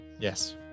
Yes